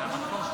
(איסור על השטת כלי שיט ועל הפלגה באופנוע ים בשכרות),